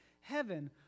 heaven